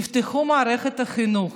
תפתחו את מערכת החינוך,